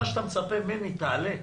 מה שאתה מצפה ממני תעלה,